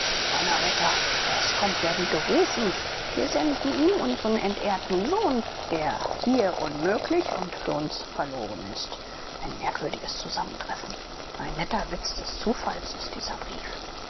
donnerwetter das kommt ja wie gerufen wir senden ihm unsren entehrten sohn der hier unmöglich und für uns verloren ist ein merkwürdiges zusammentreffen ein netter witz des zufalls ist dieser brief